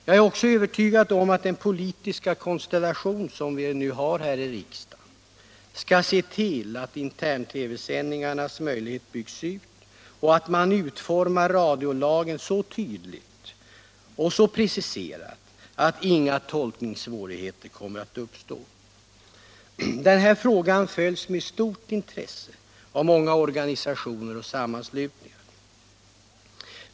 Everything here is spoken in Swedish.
Jag är också övertygad om att den politiska konstellation som vi nu har här i riksdagen skall se till, att intern-TV-sändningarnas möjligheter byggs ut och att man utformar radiolagen så tydligt och så preciserat att inga tolkningssvårigheter kommer att uppstå. Denna fråga följs med stort intresse av många organisationer och sammanslutningar.